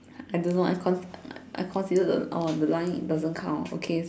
I don't know I con~ I consider the oh the line doesn't count okay so